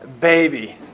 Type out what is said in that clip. baby